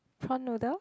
prawn noodle